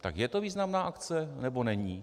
Tak je to významná akce, nebo není?